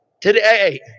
Today